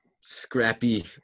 scrappy